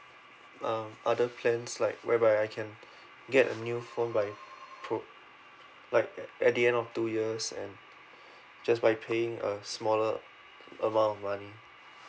uh other plans like whereby I can get a new phone by pro like at the end of two years and just by paying a smaller amount of money